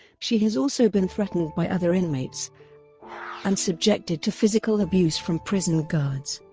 she has also been threatened by other inmates and subjected to physical abuse from prison guards.